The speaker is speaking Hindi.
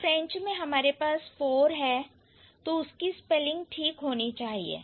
तो फ्रेंच में हमारे पास four है तो उसकी स्पेलिंग ठीक होनी चाहिए